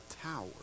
tower